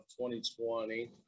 2020